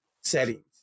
settings